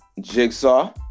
Jigsaw